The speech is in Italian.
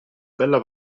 bella